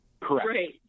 Correct